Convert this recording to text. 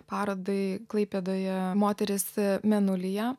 parodai klaipėdoje moteris mėnulyje